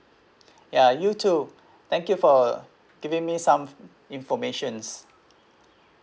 ya you too thank you for giving me some informations